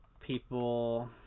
people